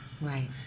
Right